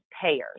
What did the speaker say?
payers